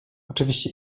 oczywiście